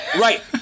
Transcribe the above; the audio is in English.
Right